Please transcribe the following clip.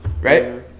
right